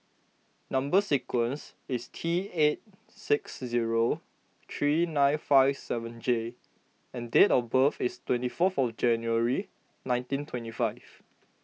Number Sequence is T eight six zero three nine five seven J and date of birth is twenty four for January nineteen twenty five